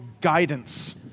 guidance